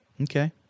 Okay